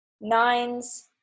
nines